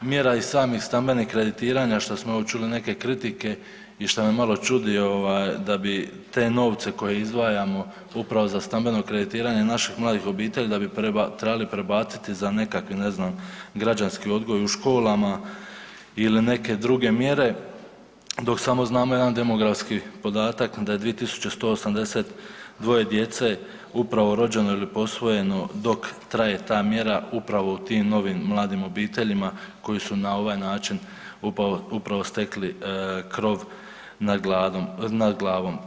Mjera i samih stambenih kreditiranja što smo čuli neke kritike i što me malo čudi da bi te novce koje izdvajamo upravo za stambeno kreditiranje naših mladih obitelji da bi trebali prebaciti za nekakve ne znam građanski odgoj u školama ili neke druge mjere, dok samo znamo jedan demografski podatak da je 2.182 djece upravo rođeno ili posvojeno dok traje ta mjera upravo tim novim mladim obiteljima koji su na ovaj način stekli krov nad glavom.